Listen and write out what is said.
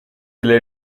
delle